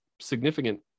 significant